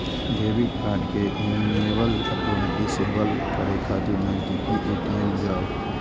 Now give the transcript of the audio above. debit card कें enable अथवा disable करै खातिर नजदीकी ए.टी.एम जाउ